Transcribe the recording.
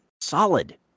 solid